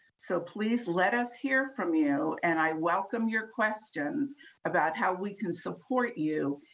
so please let us hear from you and i welcome your questions about how we can support you,